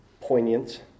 poignant